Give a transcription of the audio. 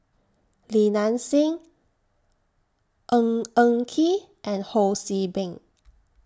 Li Nanxing Ng Eng Kee and Ho See Beng